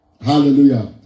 Hallelujah